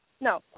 No